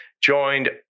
joined